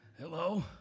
Hello